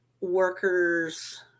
workers